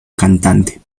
cantante